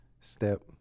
step